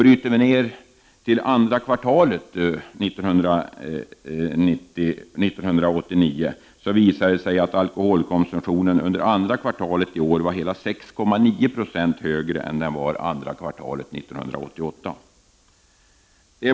Bryter vi ut andra kvartalet 1989, visar det sig att alkoholkonsumtionen under andra kvartalet i år var hela 6,9 Jo högre än andra kvartalet år 1988.